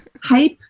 Hype